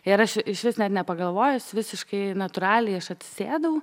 ir aš išvis net nepagalvojęs visiškai natūraliai aš atsisėdau